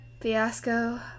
fiasco